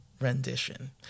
rendition